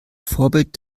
vorbild